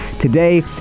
today